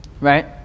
right